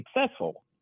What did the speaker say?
successful